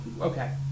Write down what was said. okay